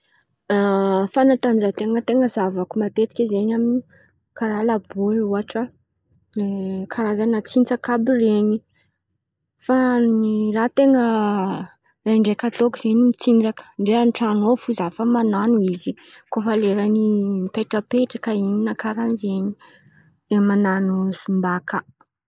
Fanatanjatena ten̈a zahavako matetiky zen̈y, amin̈'ny karà laboly ôhatra. Karazan̈a tsinjaka àby ren̈y fa ny raha ten̈a ndraindraiky ataoko zen̈y mitsanjaka ndray an-tran̈o ao fo zen̈y zah; fa man̈ano izy koa fa lerany mipetrapetraka karà zen̈y de man̈ano zomba kà.